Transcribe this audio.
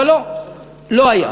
אבל לא, לא היה.